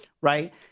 right